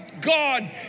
God